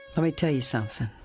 let me tell you something.